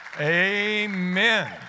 amen